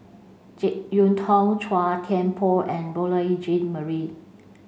Jek Yeun Thong Chua Thian Poh and Beurel Jean Marie